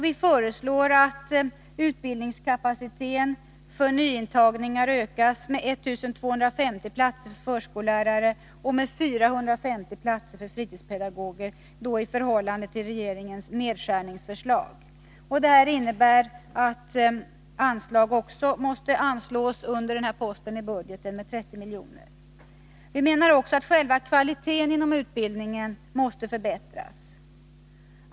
Vi föreslår att utbildningskapaciteten för nyintagning ökas med 1 250 platser för förskollärare och 450 platser för fritidspedagoger i förhållande till regeringens nedskärningsförslag. Detta innebär att anslag också måste ges under denna post i budgeten med 30 miljoner. Vi menar också att själva kvaliteten inom utbildningen måste förbättras.